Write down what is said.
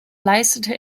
leistete